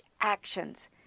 actions